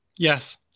Yes